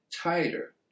tighter